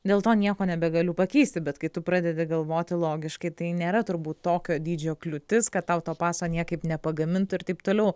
dėl to nieko nebegaliu pakeisti bet kai tu pradedi galvoti logiškai tai nėra turbūt tokio dydžio kliūtis kad tau to paso niekaip nepagamintų ir taip toliau